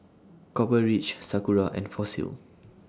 Copper Ridge Sakura and Fossil